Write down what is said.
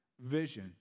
vision